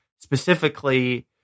specifically